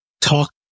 talk